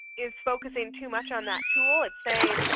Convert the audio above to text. is focusing too much on that tool and saying,